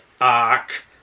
arc